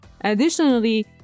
Additionally